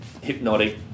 hypnotic